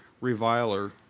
reviler